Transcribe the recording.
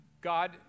God